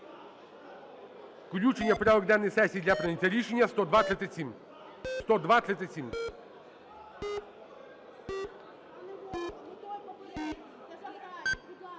Включення в порядок денний сесії для прийняття рішення 10237.